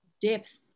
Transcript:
depth